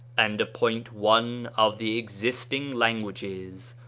and appoint one of the existing languages,